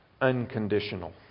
unconditional